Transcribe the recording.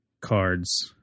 cards